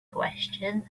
question